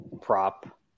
prop